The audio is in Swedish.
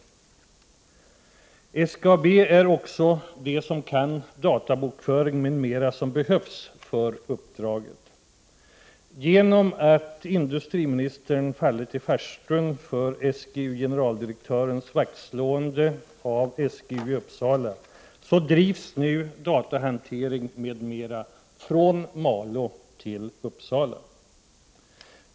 På SGAB har man också de kunskaper i databokföring m.m. som behövs för uppdraget. Genom att industriministern har fallit i farstun för SGU-generaldirektörens vaktslående om SGU i Uppsala drivs nu datahantering m.m. från Malå till Uppsala.